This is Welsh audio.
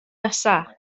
nesaf